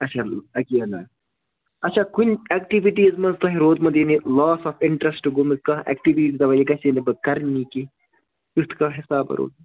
اَچھا اَکیلا اَچھا کُنہِ ایٚکٹیٛوٗٹیٖز منٛز تۄہہِ روٗدمُت یعنی لاس آف اِنٹرٛسٹہٕ گوٚمُت کانٛہہ ایٚکٹیٛوِٹیٖز دَپان یہِ گژھی نہٕ پتہٕ کَرنی کیٚنٛہہ کٮُ۪تھ کانٛہہ حِسابہٕ روٗ